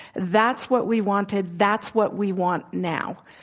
that's what we wanted that's what we want now.